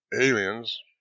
aliens